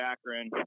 Akron